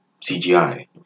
CGI